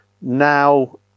Now